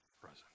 present